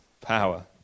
power